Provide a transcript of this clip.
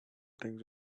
things